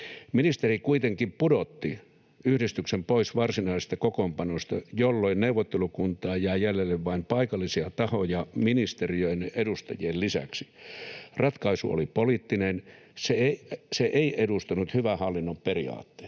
Ministeri kuitenkin pudotti yhdistyksen pois varsinaisesta kokoonpanosta, jolloin neuvottelukuntaan jäi jäljelle vain paikallisia tahoja ministeriön edustajien lisäksi. Ratkaisu oli poliittinen, se ei edustanut hyvän hallinnon periaatteita.